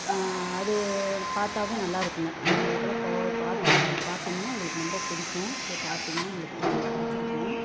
அது பார்த்தாவே நல்லா இருக்கும்ங்க அது உங்களுக்கெல்லாம் போய் பார்த்திருந் பார்த்தீங்னா உங்களுக்கு ரொம்ப பிடிக்கும் போய் பார்த்தீங்னா உங்களுக்கு பிடி பிடிச்சிருக்கும்